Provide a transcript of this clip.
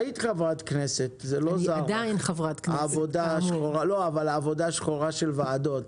היית חברת כנסת והיית בעבודה השחורה של הוועדות.